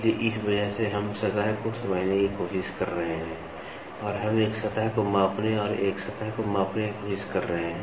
इसलिए इस वजह से हम सतह को समझने की कोशिश कर रहे हैं और हम एक सतह को मापने और एक सतह को मापने की कोशिश कर रहे हैं